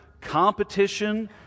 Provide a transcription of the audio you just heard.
competition